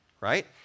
right